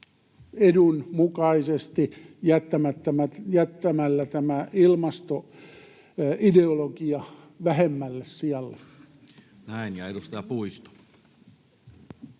edun mukaisesti jättämällä tämä ilmastoideologia vähemmälle sijalle. [Speech 209]